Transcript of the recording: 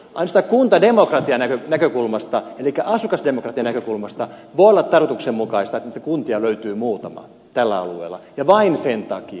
ainoastaan kuntademokratian näkökulmasta elikkä asukasdemokratian näkökulmasta voi olla tarkoituksenmukaista että niitä kuntia löytyy muutama tällä alueella ja vain sen takia